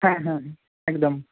হ্যাঁ হ্যাঁ হ্যাঁ একদম